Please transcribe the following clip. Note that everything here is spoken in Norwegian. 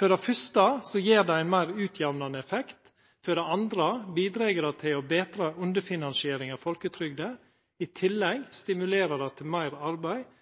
For det fyrste gjev det ein meir utjamnande effekt, for det andre bidreg det til å betra underfinansieringa av folketrygda. I tillegg stimulerer det til meir arbeid